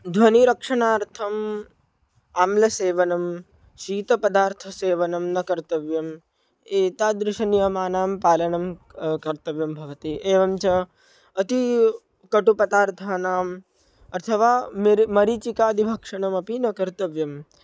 ध्वनिरक्षणार्थम् आम्लसेवनं शीतपदार्थसेवनं न कर्तव्यम् एतादृशनियमानां पालनं कर्तव्यं भवति एवञ्च अतीकटुपदार्थानाम् अथवा मेर् मरीचिकादिभक्षणमपि न कर्तव्यम्